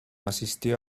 asistió